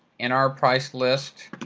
in our price list